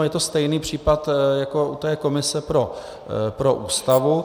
Je to stejný případ, jako u komise pro Ústavu.